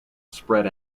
spread